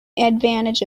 advantage